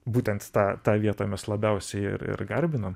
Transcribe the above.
būtent tą tą vietą mes labiausiai ir ir garbinam